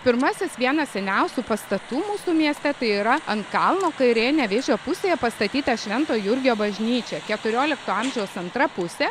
pirmasis vienas seniausių pastatų mūsų mieste tai yra ant kalno kairėje nevėžio pusėje pastatyta švento jurgio bažnyčia keturiolikto amžiaus antra pusė